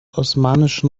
osmanischen